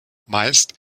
meist